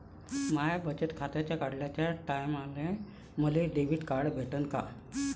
माय बचत खातं काढाच्या टायमाले मले डेबिट कार्ड भेटन का?